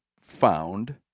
found